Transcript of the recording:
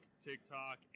TikTok